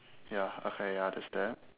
ya okay ya there's that